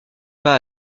pas